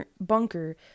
bunker